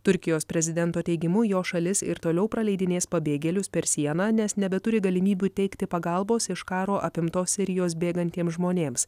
turkijos prezidento teigimu jo šalis ir toliau praleidinės pabėgėlius per sieną nes nebeturi galimybių teikti pagalbos iš karo apimtos sirijos bėgantiems žmonėms